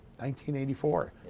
1984